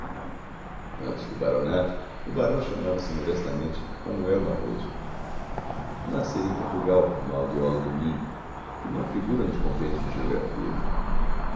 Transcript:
antes do baronato o barão chamava-se modestamente manuel barroso nascera em portugal numa aldeola do minho que não figura nos compêndios de geografia